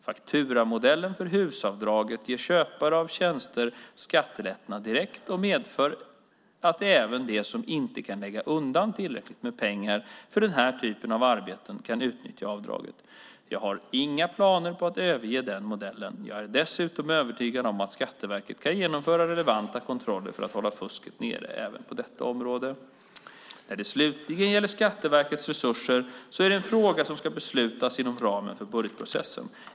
Fakturamodellen för HUS-avdraget ger köpare av tjänster skattelättnad direkt och medför att även de som inte kan lägga undan tillräckligt med pengar för den här typen av arbeten kan utnyttja avdraget. Jag har inga planer på att överge den modellen. Dessutom är jag övertygad om att Skatteverket kan genomföra relevanta kontroller för att hålla fusket nere även på detta område. När det slutligen gäller Skatteverkets resurser är det en fråga som ska beslutas inom ramen för budgetprocessen.